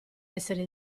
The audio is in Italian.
essere